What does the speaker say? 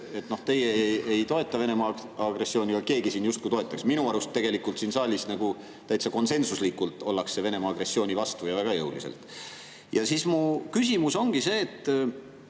et teie ei toeta Venemaa agressiooni, aga keegi siin justkui toetab. Minu arust siin saalis täitsa konsensuslikult ollakse Venemaa agressiooni vastu, ja väga jõuliselt. Mu küsimus ongi selle